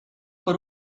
por